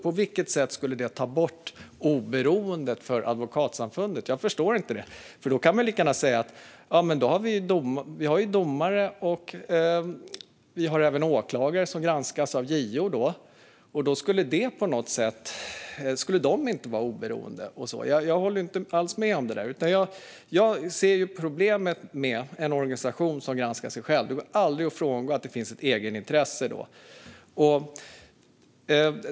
På vilket sätt skulle det ta bort oberoendet för Advokatsamfundet? Jag förstår inte det. Vi har ju domare och åklagare som granskas av JO. Då kan man lika gärna säga att de inte är oberoende. Jag håller inte alls med om det. Jag ser problemet med en organisation som granskar sig själv. Det går aldrig att komma ifrån att det finns ett egenintresse då.